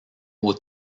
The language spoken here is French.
aux